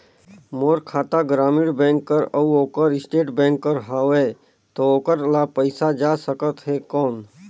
मोर खाता ग्रामीण बैंक कर अउ ओकर स्टेट बैंक कर हावेय तो ओकर ला पइसा जा सकत हे कौन?